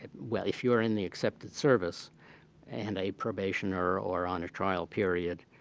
ah well, if you are in the excepted service and a probationer, or on a trial period,